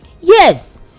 Yes